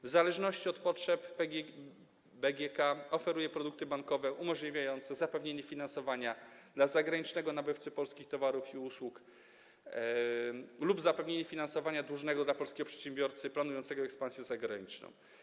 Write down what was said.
W zależności od potrzeb BGK oferuje produkty bankowe umożliwiające zapewnienie finansowania dla zagranicznego nabywcy polskich towarów i usług lub finansowania dłużnego dla polskiego przedsiębiorcy planującego ekspansję zagraniczną.